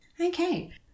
Okay